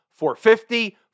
450